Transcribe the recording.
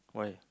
why